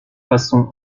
façon